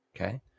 okay